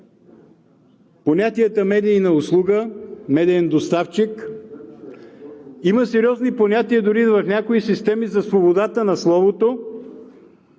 понятията медийна услуга, медиен доставчик. Има сериозни понятия дори в някои системи за свободата на словото,